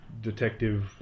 detective